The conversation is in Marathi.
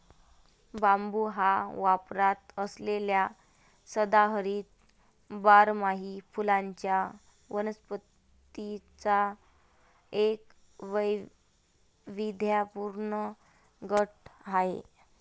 बांबू हा वापरात असलेल्या सदाहरित बारमाही फुलांच्या वनस्पतींचा एक वैविध्यपूर्ण गट आहे